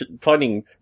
finding